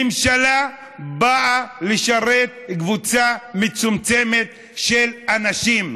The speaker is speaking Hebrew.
הממשלה באה לשרת קבוצה מצומצמת של אנשים,